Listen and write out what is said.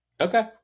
okay